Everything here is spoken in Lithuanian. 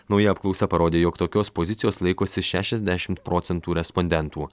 nauja apklausa parodė jog tokios pozicijos laikosi šešiasdešimt procentų respondentų